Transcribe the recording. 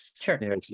Sure